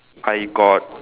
I got